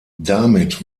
damit